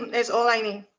that's all i need.